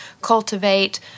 cultivate